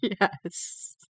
Yes